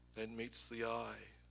than meets the eye.